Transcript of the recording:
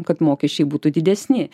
kad mokesčiai būtų didesni